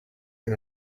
and